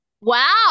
Wow